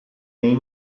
nei